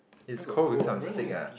it's cold that because I'm sick ah